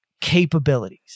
capabilities